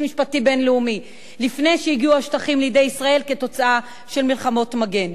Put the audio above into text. משפטי בין-לאומי לפני שהגיעו השטחים לידי ישראל כתוצאה של מלחמת מגן.